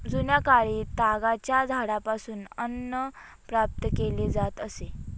जुन्याकाळी तागाच्या झाडापासून अन्न प्राप्त केले जात असे